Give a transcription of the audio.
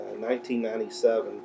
1997